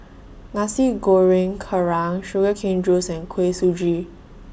Nasi Goreng Kerang Sugar Cane Juice and Kuih Suji